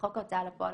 57.בחוק ההוצאה לפועל,